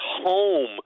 home